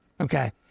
Okay